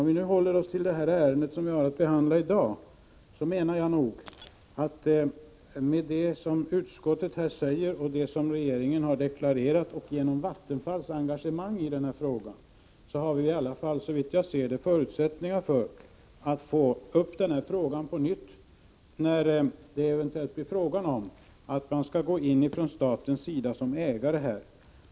Om vi håller oss till det ärende vi har att behandla i dag, menar jag att vi — genom det som utskottet säger, det som regeringen har deklarerat och genom Vattenfalls engagemang i frågan — såsom jag ser det har förutsättningar att få upp ärendet till diskussion igen, om det eventuellt blir aktuellt att staten skall gå in som ägare.